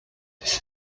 this